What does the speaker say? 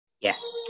Yes